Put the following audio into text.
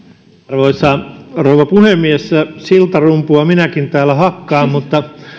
arvoisa rouva puhemies siltarumpua minäkin täällä hakkaan mutta